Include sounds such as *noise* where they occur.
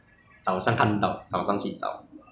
pause ah pause ah *coughs* 好我问你 ah